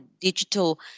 digital